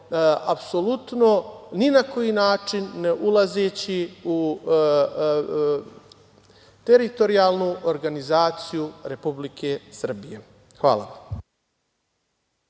apsolutno ni na koji način ne ulazeći u teritorijalnu organizaciju Republike Srbije. Hvala.